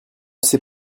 sait